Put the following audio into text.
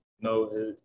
No